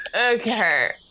Okay